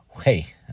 hey